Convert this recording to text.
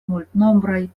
multnombraj